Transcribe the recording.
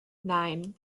nine